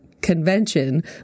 convention